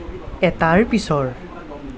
এটাৰ পিছৰ